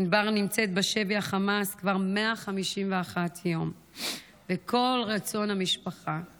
ענבר נמצאת בשבי החמאס כבר 151 יום וכל רצון המשפחה הוא